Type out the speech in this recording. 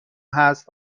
هست